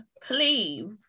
Please